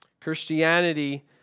Christianity